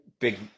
big